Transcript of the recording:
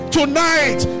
tonight